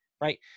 right